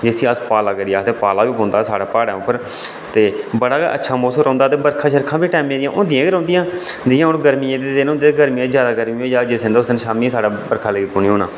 जिसी अस पाला आखदे पाला बी पौंदा साढ़े प्हाड़ें पर ते बड़ा अच्छा मौसम रौंहदा ते बर्खां बी होंदियां गै रौहंदियां जि्यां गर्मियें दे दिन होंदे ते जिस दिन जादा गर्मी होई जा ते शामीं साढ़े बर्खा लग्गी पौंदी होना